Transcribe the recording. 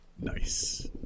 Nice